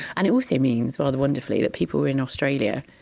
and it also means, rather wonderfully, that people were in australia,